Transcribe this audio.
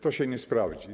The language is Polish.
To się nie sprawdzi.